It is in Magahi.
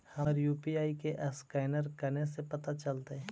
हमर यु.पी.आई के असकैनर कने से पता चलतै?